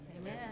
Amen